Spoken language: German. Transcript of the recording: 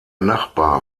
nachbar